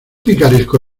picaresco